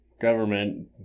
government